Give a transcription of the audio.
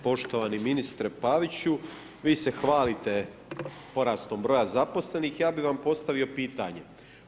Poštovani ministre Paviću, vi se hvalite porastom broja zaposlenih, ja bih vam postavio pitanje.